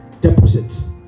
deposits